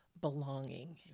belonging